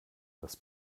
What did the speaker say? das